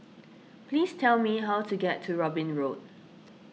please tell me how to get to Robin Road